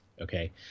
okay